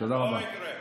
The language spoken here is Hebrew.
לא יקרה.